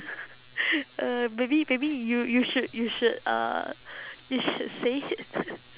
uh maybe maybe you you should you should uh you should say it